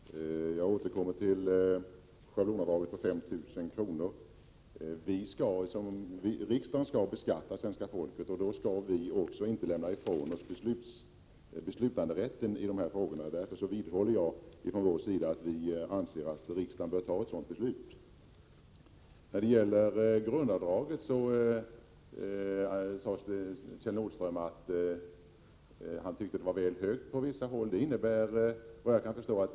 Fru talman! Jag återkommer till förslaget om ett schablonavdrag om 5 000 kr. Det är riksdagen som skall beskatta svenska folket, och vi skall inte lämna från oss beslutanderätten i dessa frågor. Därför vidhåller jag för vårt vidkommande att riksdagen bör fatta ett beslut i ärendet. Kjell Nordström sade att han tyckte att grundavdraget på vissa håll är väl högt.